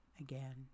again